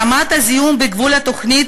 רמת הזיהום בגבול התוכנית,